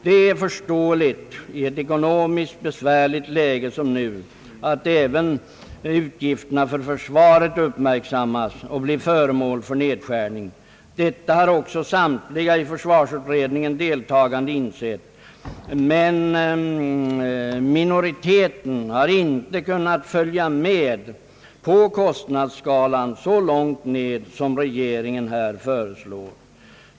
Det är förståeligt i ett ekonomiskt besvärligt läge som det nuvarande att även utgifterna för försvaret uppmärksammas och blir föremål för nedskärningar. Detta har också samtliga i försvarsutredningen deltagande insett, men minoriteten har inte kunnat följa med på kostnadsskalan så långt ned som regeringen här föreslår.